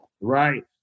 right